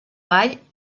vall